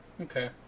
Okay